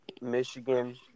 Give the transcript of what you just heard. Michigan